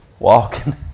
walking